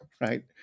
right